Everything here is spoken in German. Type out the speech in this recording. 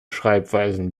schreibweisen